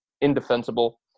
indefensible